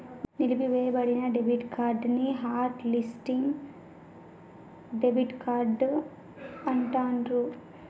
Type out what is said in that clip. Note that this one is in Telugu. నిలిపివేయబడిన డెబిట్ కార్డ్ ని హాట్ లిస్టింగ్ డెబిట్ కార్డ్ అంటాండ్రు